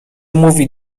mówi